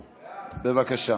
בבקשה.